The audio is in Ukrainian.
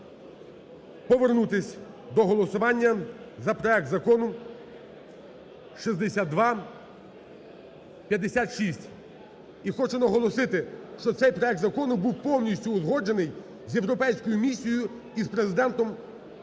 повернутись до голосування за проект закону 6256. І хочу наголосити, що цей проект закону був повністю узгоджений з європейською місією і з Президентом Коксом.